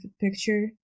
picture